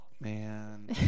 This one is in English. man